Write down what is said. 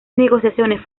negociaciones